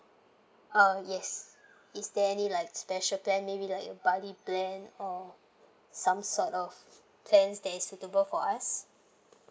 uh yes is there any like special plan maybe like a buddy plan or some sort of plans that is suitable for us